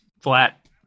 Flat